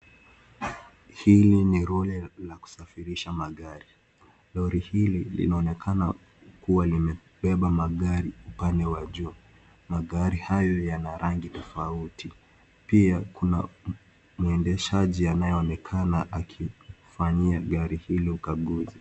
Hili ni Lori la kusafirisha magari, lori hili linaonekana kuwa limebeba magari upande wa juu. Magari hayo yana rangi tofauti, pia kuna mwendeshaji anayeonekana akifanyia gari hilo ukaguzi.